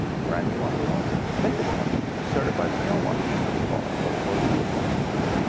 brand new watches only. vintage watches, certified pre-owned watches as we call them, or or used watches, right?